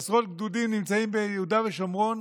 עשרות גדודים נמצאים ביהודה ושומרון